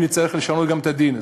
אם נצטרך לשנות גם את הדין,